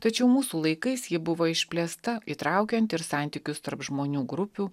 tačiau mūsų laikais ji buvo išplėsta įtraukiant ir santykius tarp žmonių grupių